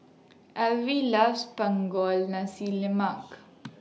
Alvie loves Punggol Nasi Lemak